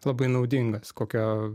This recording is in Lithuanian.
labai naudingas kokio